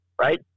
right